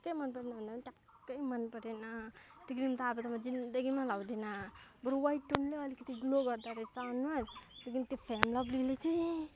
ट्याक्कै मन परेन भन्दा पनि ट्याक्कै मन परेन त्यो क्रिम त अब त म जिन्दगीमा लाउँदिनँ बरु ह्वाइट टोनले अलिकिति ग्लो गर्दारहेछ अनुहार लेकिन त्यो फेयर एन्ड लभलीले चाहिँ